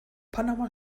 panama